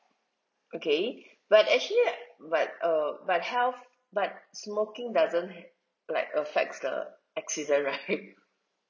okay but actually but uh but health but smoking doesn't like affects the accident right